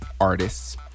artists